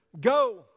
go